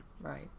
Right